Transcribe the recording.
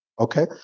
Okay